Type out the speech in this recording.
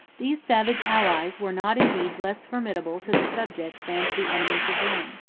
these savage allies were not indeed less formidable to the subjects than to the enemies of rome.